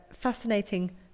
fascinating